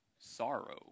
sorrow